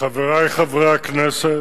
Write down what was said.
חברי חברי הכנסת,